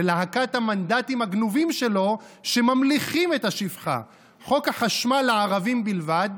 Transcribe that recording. ולהקת המנדטים הגנובים שלו שממליכים את השפחה: חוק החשמל לערבים בלבד,